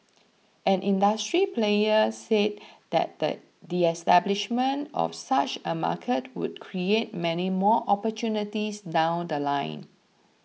an industry player said that the establishment of such a market would create many more opportunities down The Line